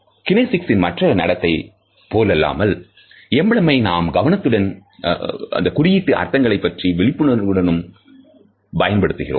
கினேசிக்ஸ்ன் மற்ற நடத்தை போலல்லாமல் எம்பிளமை நாம் கவனத்துடனும் குறியீட்டு அர்த்தங்களை பற்றிய விழிப்புணர்வுகளும் பயன்படுத்துகிறோம்